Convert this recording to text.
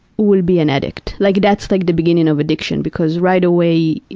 will be an addict. like, that's like the beginning of addiction, because right away yeah